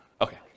Okay